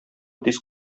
тиз